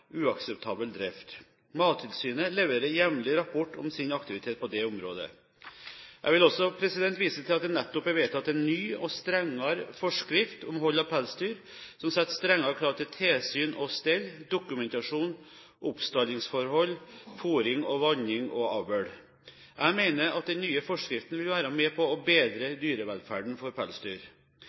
uakseptabel drift. Mattilsynet leverer jevnlig rapport om sin aktivitet på det området. Jeg vil også vise til at det nettopp er vedtatt en ny og strengere forskrift om hold av pelsdyr, som setter strengere krav til tilsyn og stell, dokumentasjon, oppstallingsforhold, fôring og vanning og avl. Jeg mener den nye forskriften vil være med på å bedre dyrevelferden for pelsdyr.